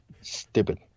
Stupid